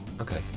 Okay